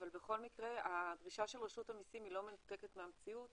אבל בכל מקרה הדרישה של רשות המיסים היא לא מנותקת מהמציאות